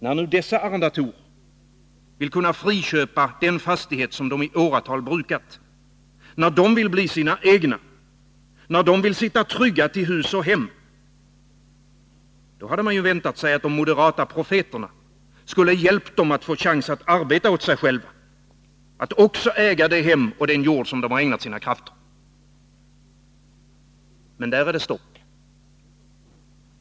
När nu dessa arrendatorer vill kunna friköpa den fastighet som de i åratal har brukat, när de vill bli sina egna, när de vill sitta trygga till hus och hem, då hade man ju väntat sig att de moderata profeterna skulle hjälpa dem att få en chans att arbeta åt sig själva, att också äga det hem och den jord som de ägnat sina krafter. Men där är det stopp.